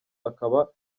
akaba